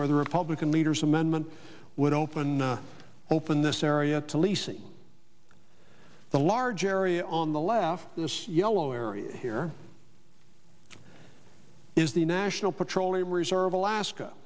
where the republican leaders amendment would open open this area to leasing the large area on the left in this yellow area here is the national petroleum reserve alaska